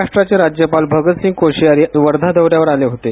महाराष्ट्राचे राज्यपाल भगतसिंग कोश्यारी काल वर्धा दौऱ्यावर आले होते